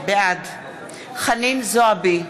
בעד חנין זועבי,